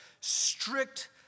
strict